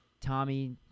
Tommy